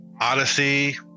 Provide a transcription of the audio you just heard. Odyssey